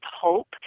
hope